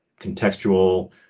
contextual